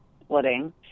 splitting